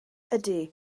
ydy